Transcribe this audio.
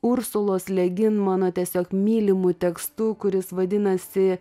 ursulos legin mano tiesiog mylimu tekstu kuris vadinasi